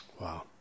Wow